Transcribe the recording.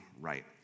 right